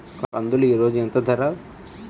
కందులు ఈరోజు ఎంత ధర?